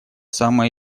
самое